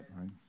right